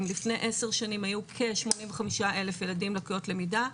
אם לפני עשר שנים היו כ-85,000 ילדים עם לקויות למידה,